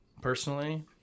personally